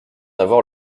avoir